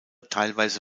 teilweise